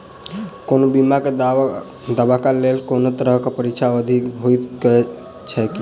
कोनो बीमा केँ दावाक लेल कोनों तरहक प्रतीक्षा अवधि होइत छैक की?